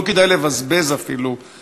אפילו לא כדאי לבזבז אנרגיה.